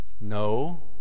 no